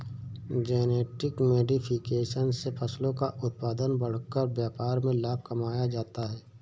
genetic modification से फसलों का उत्पादन बढ़ाकर व्यापार में लाभ कमाया जाता है